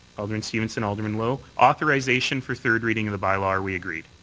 alderman stephenson, alderman lowe. authorization for third reading of the bylaw. are we agreed?